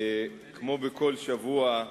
כמו בכל שבוע,